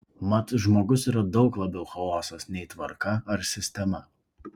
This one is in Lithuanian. mat žmogus yra daug labiau chaosas nei tvarka ar sistema